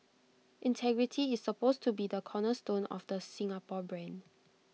integrity is supposed to be the cornerstone of the Singapore brand